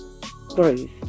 groove